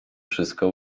wszystko